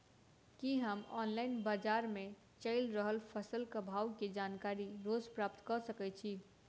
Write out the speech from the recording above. की हम ऑनलाइन, बजार मे चलि रहल फसलक भाव केँ जानकारी रोज प्राप्त कऽ सकैत छी?